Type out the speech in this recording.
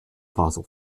fossil